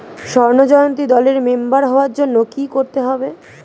স্বর্ণ জয়ন্তী দলের মেম্বার হওয়ার জন্য কি করতে হবে?